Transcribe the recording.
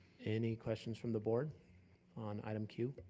any questions from the board on item q?